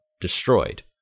destroyed